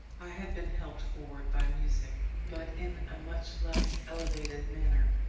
i had been helped forward by music, but in a much less elevated manner.